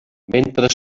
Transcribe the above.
mentre